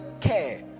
care